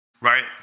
Right